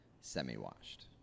semi-washed